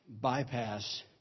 bypass